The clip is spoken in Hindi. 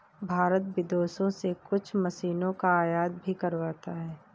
भारत विदेशों से कुछ मशीनों का आयात भी करवाता हैं